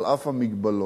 על אף המגבלות,